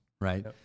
right